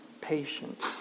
patience